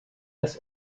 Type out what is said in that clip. das